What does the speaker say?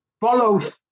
follows